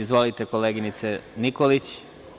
Izvolite, koleginice Nikolić.